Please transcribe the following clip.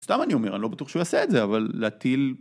סתם אני אומר, אני לא בטוח שהוא יעשה את זה, אבל להטיל...